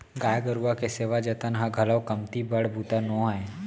गाय गरूवा के सेवा जतन ह घलौ कमती बड़ बूता नो हय